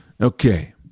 Okay